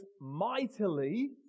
mightily